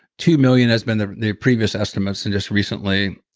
two million has been the the previous estimates and just recently,